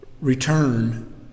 return